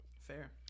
Fair